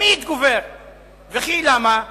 וכי למה?